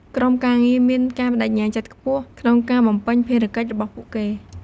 ក្រុមការងារមានការប្តេជ្ញាចិត្តខ្ពស់ ក្នុងការបំពេញភារកិច្ចរបស់ពួកគេ។